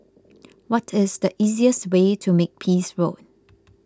what is the easiest way to Makepeace Road